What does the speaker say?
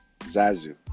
zazu